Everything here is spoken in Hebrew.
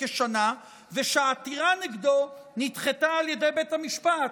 כשנה ושהעתירה נגדו נדחתה על ידי בית המשפט,